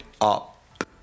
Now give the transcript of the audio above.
Up